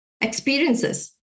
experiences